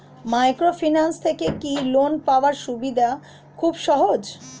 Microfinance থেকে কি loan পাওয়ার সুবিধা খুব সহজ?